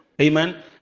Amen